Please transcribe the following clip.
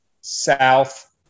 South